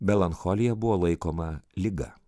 melancholija buvo laikoma liga